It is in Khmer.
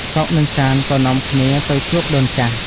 សុខ និងសាន្តក៏នាំគ្នាទៅជួបដូនចាស់។